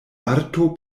arto